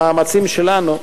כולי תקווה שמאמצים שלנו,